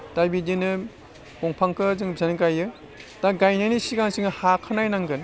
दा बिदिनो दंफांखौ जों बिसिबां गायो दा गायनायनि सिगां सिगां हाखौ नायनांगोन